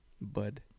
Bud